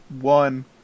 One